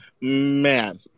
Man